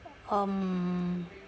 um